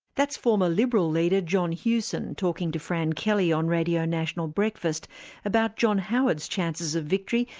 that's former liberal leader, john hewson, talking to fran kelly on radio national breakfast about john howard's chances of victory,